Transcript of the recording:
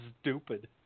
stupid